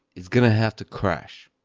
it's going to have to crash.